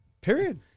Period